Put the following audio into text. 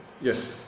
Yes